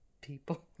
people